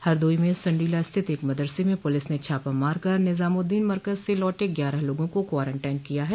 हरदोई में सण्डीला स्थित एक मदरसे में पुलिस ने छापा मारकर निजामुद्दीन मरकज से लौटे ग्यारह लोगों को क्वारनटाइन किया है